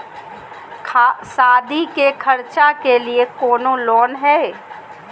सादी के खर्चा के लिए कौनो लोन है?